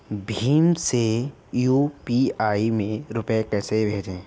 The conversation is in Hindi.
भीम से यू.पी.आई में रूपए कैसे भेजें?